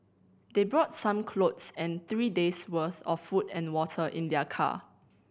they brought some clothes and three days' worth of food and water in their car